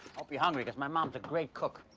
hope you're hungry, cause my mom's a great cook.